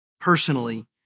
personally